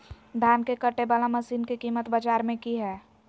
धान के कटे बाला मसीन के कीमत बाजार में की हाय?